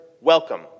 welcome